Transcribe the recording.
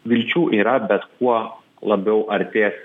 vilčių yra bet kuo labiau artės